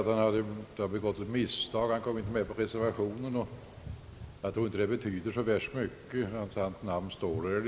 Herr talman!